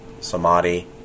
samadhi